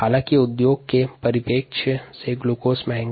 औद्योगिक उपयोगिता के परिप्रेक्ष्य ग्लूकोज महंगा है